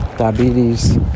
diabetes